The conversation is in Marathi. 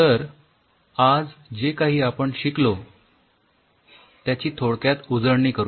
तर आज जे काही आपण शिकलो त्याची थोडक्यात उजळणी करूया